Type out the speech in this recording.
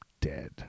dead